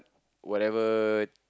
whatever